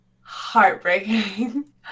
heartbreaking